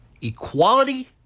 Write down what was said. equality